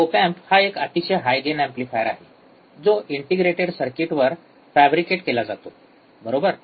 op amp हा एक अतिशय हाय गेन एम्प्लीफायर आहे जो इंटिग्रेटेड सर्किटवर फॅब्रिकेट केला जातो बरोबर